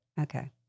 Okay